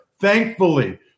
thankfully